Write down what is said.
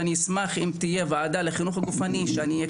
ואני אשמח אם תהיה ועדה לחינוך גופני שאני כן